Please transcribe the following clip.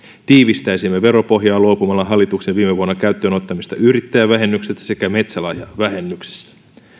tiivistäisimme veropohjaa luopumalla hallituksen viime vuonna käyttöön ottamasta yrittäjävähennyksestä sekä metsälahjavähennyksestä